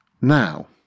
now